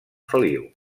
feliu